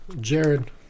Jared